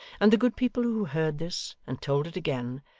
and the good people who heard this and told it again,